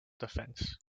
defence